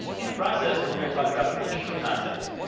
in the process, we're going to talk about some interesting concepts,